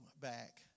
back